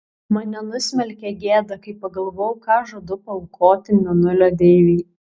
mane nusmelkė gėda kai pagalvojau ką žadu paaukoti mėnulio deivei